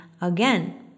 again